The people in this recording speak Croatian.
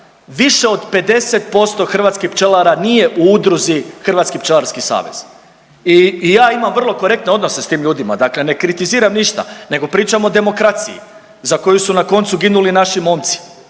više od 50% hrvatskih pčelara nije u udruzi Hrvatski pčelarski savez i, i ja imam vrlo korektne odnose s tim ljudima, dakle ne kritiziram ništa, nego pričam o demokraciji za koju su na koncu ginuli naši momci,